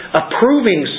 approving